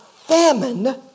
famine